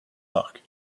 park